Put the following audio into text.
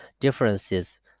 differences